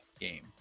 game